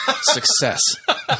Success